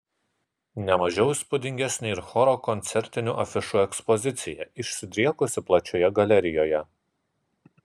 ne mažiau įspūdingesnė ir choro koncertinių afišų ekspozicija išsidriekusi plačioje galerijoje